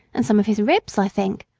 and some of his ribs, i think.